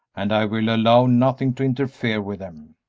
and i will allow nothing to interfere with them.